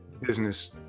business